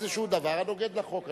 איזה דבר הנוגד לחוק.